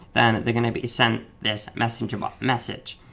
then they're gonna be sent this messenger bot message.